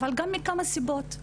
אבל גם מכמה סיבות.